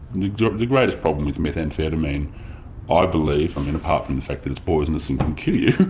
the greatest problem with methamphetamine ah i believe, i mean apart from the fact that it's poisonous and can kill you,